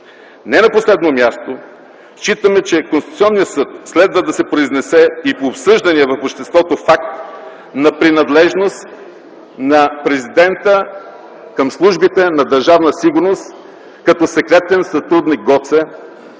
Не на последно място, считаме, че Конституционният съд следва да се произнесе и по обсъждания в обществото факт на принадлежност на президента към службите на Държавна сигурност като секретен сътрудник „Гоце”,